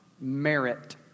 merit